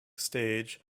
stage